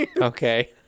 Okay